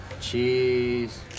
Cheese